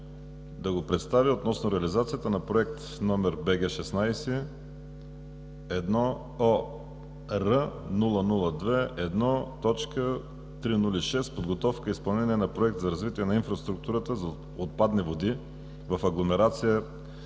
Красимир Янков относно реализация на Проект № BG16:1ОР002-1.0006 „Подготовка и изпълнение на проект за развитие на инфраструктурата за отпадъчни води в агломерация